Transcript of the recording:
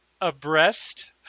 abreast